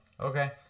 Okay